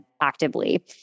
actively